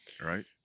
Right